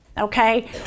Okay